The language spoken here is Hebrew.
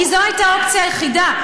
כי זו הייתה האופציה היחידה.